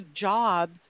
jobs